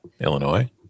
Illinois